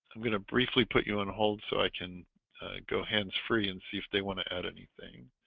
i'm going to briefly put you on hold so i can go hands-free and see if they want to add anything